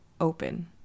open